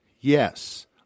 Yes